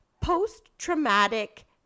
Post-traumatic